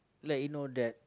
let you know that